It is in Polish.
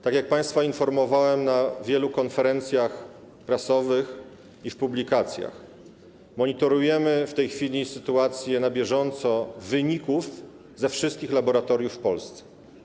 Tak jak państwa informowałem na wielu konferencjach prasowych i w publikacjach, monitorujemy w tej chwili na bieżąco sytuację wyników ze wszystkich laboratoriów w Polsce.